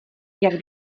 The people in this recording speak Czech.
jak